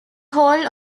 hall